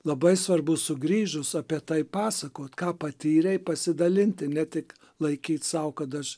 labai svarbu sugrįžus apie tai pasakot ką patyrei pasidalinti ne tik laikyt sau kad aš